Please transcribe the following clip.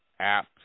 apps